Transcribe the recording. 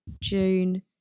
june